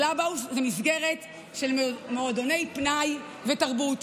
קלאבהאוס היא מסגרת של מועדוני פנאי ותרבות